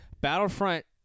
Battlefront